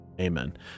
Amen